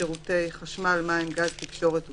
שירותי חשמל, מים, גז, תקשורת ופסולת,